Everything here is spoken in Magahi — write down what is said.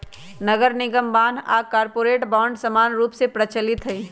नगरनिगम बान्ह आऽ कॉरपोरेट बॉन्ड समान्य रूप से प्रचलित हइ